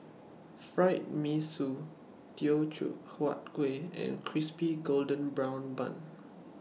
Fried Mee Sua Teochew Huat Kueh and Crispy Golden Brown Bun